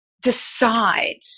decide